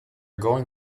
going